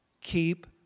keep